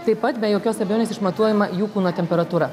taip pat be jokios abejonės išmatuojama jų kūno temperatūra